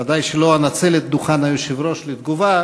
ודאי שלא אנצל את דוכן היושב-ראש לתגובה,